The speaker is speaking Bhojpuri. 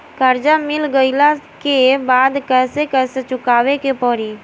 कर्जा मिल गईला के बाद कैसे कैसे चुकावे के पड़ी?